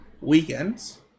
weekends